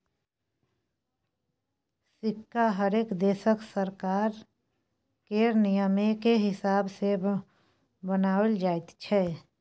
सिक्का हरेक देशक सरकार केर नियमकेँ हिसाब सँ बनाओल जाइत छै